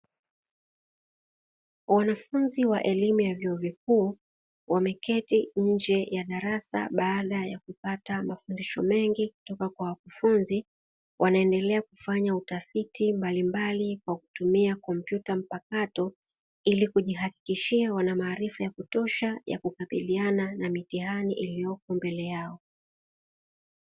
Wanafunzi wa elimu ya vyuo vikuu wameketi nje ya darasa baada ya kupata mafundisho mengi kutoka kwa wakufunzi, wanaendelea kufanya utafiti mbalimbali kwa kutumia kompyuta mpakato, ili kujihakikishia wana maarifa ya kutosha ya kukabiliana na mitihani iliyoko mbele yao.